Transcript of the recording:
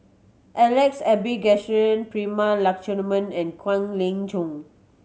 Alex Abisheganaden Prema Letchumanan and Kwek Leng Joo